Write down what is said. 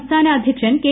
സംസ്ഥാന അധ്യക്ഷൻ കെ